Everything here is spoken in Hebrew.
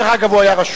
דרך אגב, הוא היה רשום.